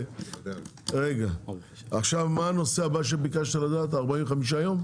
מה הנושא הבא שביקשת לדעת, 45 יום?